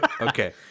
Okay